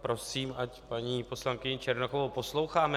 Prosím, ať paní poslankyni Černochovou posloucháme.